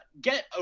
get